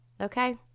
okay